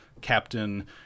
captain